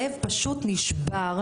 אני רואה פה קולגה שלי מהצבא,